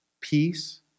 peace